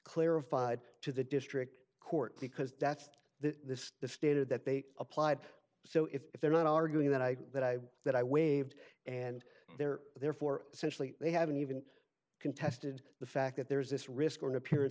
clarified to the district court because that's the standard that they applied so if they're not arguing that i that i that i waived and they're therefore centrally they haven't even contested the fact that there is this risk or an appearance